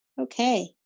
Okay